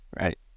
right